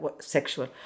sexual